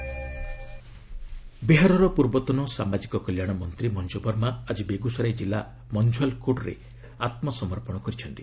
Bihar surrender ବିହାରର ପୂର୍ବତନ ସାମାଜିକ କଲ୍ୟାଣ ମନ୍ତ୍ରୀ ମଞ୍ଜୁ ବର୍ମା ଆଜି ବେଗୁସରାଇ ଜିଲ୍ଲାର ମଂଝୁଆଲ୍ କୋର୍ଟରେ ଆତ୍କସମର୍ପଣ କରିଛନ୍ତି